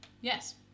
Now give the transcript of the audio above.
Yes